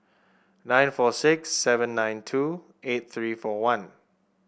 nine four six seven nine two eight three four one